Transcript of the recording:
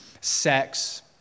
sex